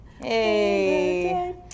Hey